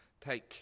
take